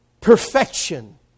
perfection